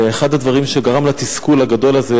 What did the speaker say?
ואחד הדברים שגרמו לתסכול הגדול הזה,